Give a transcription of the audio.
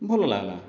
ଭଲ ଲାଗ୍ଲା